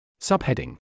Subheading